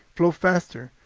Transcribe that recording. flow faster,